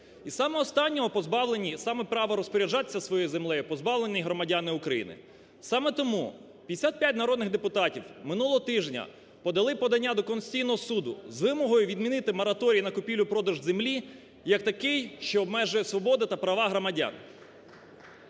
І саме останнього позбавлені, саме права розпоряджатися своєю землею позбавлені громадяни України. Саме тому 55 народних депутатів минулого тижня подали подання до Конституційного Суду з вимогою відмінити мораторій на купівлю, продаж землі як такий, що обмежує свободи та права громадян.